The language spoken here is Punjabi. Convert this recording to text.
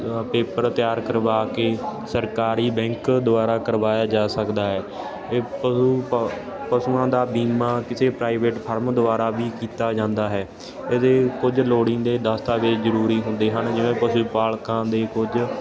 ਪੇਪਰ ਤਿਆਰ ਕਰਵਾ ਕੇ ਸਰਕਾਰੀ ਬੈਂਕ ਦੁਆਰਾ ਕਰਵਾਇਆ ਜਾ ਸਕਦਾ ਹੈ ਇਹ ਪਸ਼ੂ ਪ ਪਸ਼ੂਆਂ ਦਾ ਬੀਮਾ ਕਿਸੇ ਪ੍ਰਾਈਵੇਟ ਫਰਮ ਦੁਆਰਾ ਵੀ ਕੀਤਾ ਜਾਂਦਾ ਹੈ ਅਜਿਹੇ ਕੁਝ ਲੋੜੀਂਦੇ ਦਸਤਾਵੇਜ਼ ਜ਼ਰੂਰੀ ਹੁੰਦੇ ਹਨ ਜਿਵੇਂ ਪਸੂ ਪਾਲਕਾਂ ਦੇ ਕੁਝ